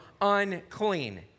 unclean